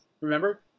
remember